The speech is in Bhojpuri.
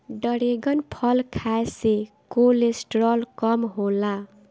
डरेगन फल खाए से कोलेस्ट्राल कम होला